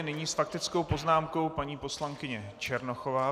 Nyní s faktickou poznámkou paní poslankyně Černochová.